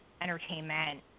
entertainment